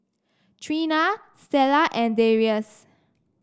Trina Stella and Darrius